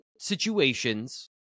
situations